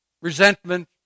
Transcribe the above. resentment